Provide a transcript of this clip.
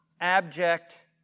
abject